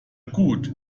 gut